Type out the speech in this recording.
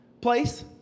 place